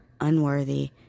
unworthy